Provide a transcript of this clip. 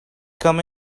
come